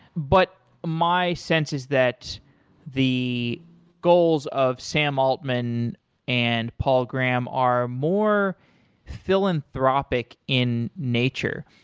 but my sense is that the goals of sam altman and paul graham are more philanthropic in nature.